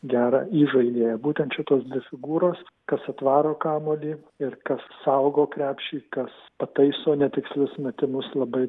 gerą įžaidėją būtent šitos dvi figūros kas atvaro kamuolį ir kas saugo krepšį kas pataiso netikslius metimus labai